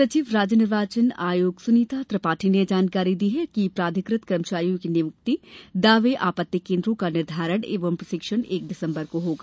सचिव राज्य निर्वाचन आयोग सुनीता त्रिपाठी ने जानकारी दी है कि प्राधिकृत कर्मचारियों की नियुक्ति दावे आपत्ति केन्द्रों का निर्धारण एवं प्रशिक्षण एक दिसम्बर को होगा